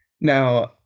Now